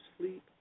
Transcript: sleep